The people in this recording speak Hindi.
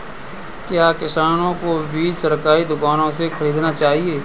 क्या किसानों को बीज सरकारी दुकानों से खरीदना चाहिए?